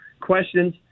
questions